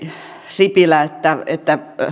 sipilä että että